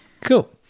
Cool